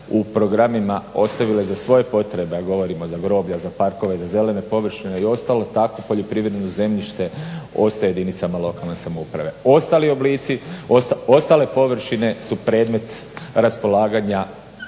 u programima ostavile za svoje potrebe, a govorimo za groblja, za parkove, za zelene površine i ostalo takvo poljoprivredno zemljište ostaje jedinicama lokalne samouprave. Ostali oblici, ostale površine su predmet raspolaganja